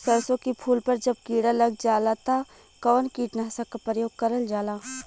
सरसो के फूल पर जब किड़ा लग जाला त कवन कीटनाशक क प्रयोग करल जाला?